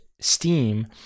steam